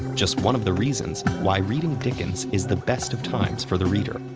just one of the reasons why reading dickens is the best of times for the reader,